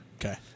Okay